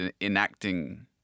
enacting